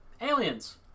aliens